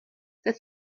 that